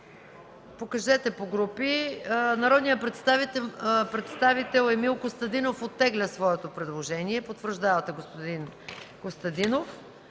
не е прието. Народният представител Емил Костадинов оттегля своето предложение.